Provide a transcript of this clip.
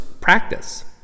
practice